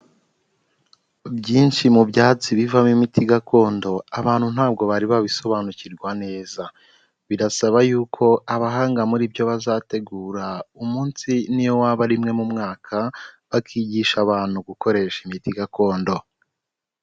Byinshi mu byatsi bivamo imiti gakondo abantu ntabwo bari babisobanukirwa neza, birasaba yuko abahanga muri byo bazategura umunsi n'iyo waba rimwe mu mwaka, bakigisha abantu gukoresha imiti gakondo.